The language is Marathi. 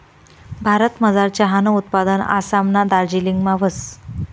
भारतमझार चहानं उत्पादन आसामना दार्जिलिंगमा व्हस